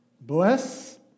Bless